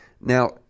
Now